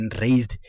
raised